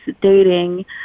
dating